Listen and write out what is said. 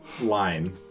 line